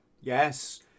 Yes